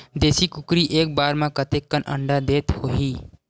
देशी कुकरी एक बार म कतेकन अंडा देत होही?